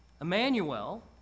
Emmanuel